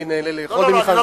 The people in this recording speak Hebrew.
אני נהנה לאכול במזנון הכנסת.